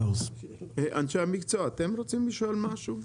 אנשי המקצוע, אתם רוצים לשאול משהו?